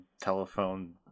telephone